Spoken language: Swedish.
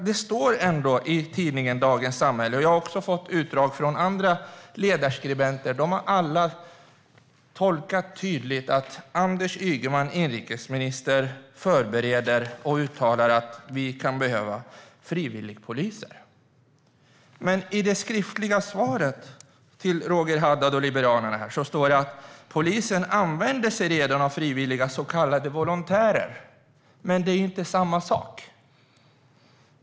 Det står ändå i tidningen Dagens Samhälle - och jag har också fått utdrag från andra ledarskribenter, och de har alla tydligt tolkat det så - att Anders Ygeman, inrikesminister, förbereder och uttalar att vi kan behöva frivilligpoliser. Men i det skriftliga interpellationssvaret till Roger Haddad och Liberalerna står det att polisen redan använder sig av frivilliga så kallade volontärer. Det är dock inte samma sak.